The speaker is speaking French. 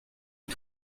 est